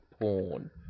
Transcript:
porn